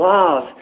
love